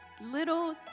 little